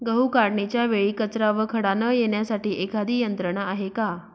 गहू काढणीच्या वेळी कचरा व खडा न येण्यासाठी एखादी यंत्रणा आहे का?